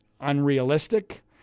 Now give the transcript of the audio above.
unrealistic